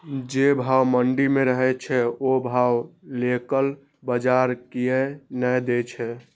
जे भाव मंडी में रहे छै ओ भाव लोकल बजार कीयेक ने दै छै?